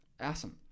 Awesome